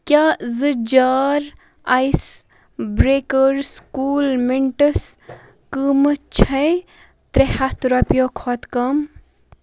کیٛاہ زٕ jar ice breakers cool mints قۭمتھ چھے ترٛےٚ ہَتھ رۄپیو کھۄتہٕ کم